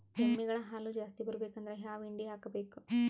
ಎಮ್ಮಿ ಗಳ ಹಾಲು ಜಾಸ್ತಿ ಬರಬೇಕಂದ್ರ ಯಾವ ಹಿಂಡಿ ಹಾಕಬೇಕು?